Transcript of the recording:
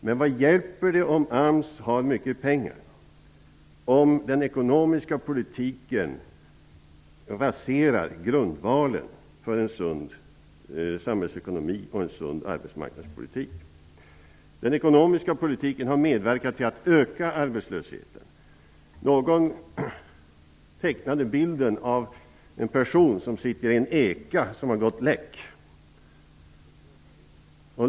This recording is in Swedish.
Men vad hjälper det att AMS har mycket pengar om den ekonomiska politiken raserar grundvalen för en sund samhällsekonomi och en sund arbetsmarknadspolitik? Den ekonomiska politiken har medverkat till att öka arbetslösheten. Någon tecknade bilden av en person som sitter i en eka som har gått läck.